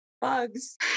bugs